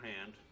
hand